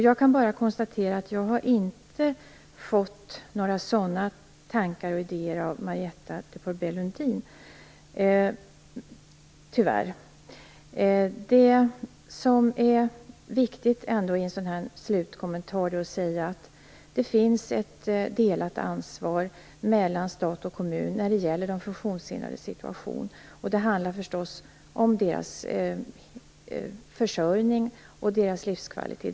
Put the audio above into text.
Jag kan bara kontatera att jag, tyvärr, inte har mött sådana tankar eller fått sådana idéer från Marietta de Pourbaix Det finns ett delat ansvar mellan stat och kommun när det gäller de funktionshindrades situation. Det är då förstås fråga om deras försörjning och livskvalitet.